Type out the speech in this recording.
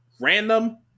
Random